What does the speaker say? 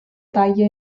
taglia